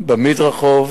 במדרחוב,